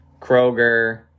Kroger